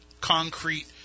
concrete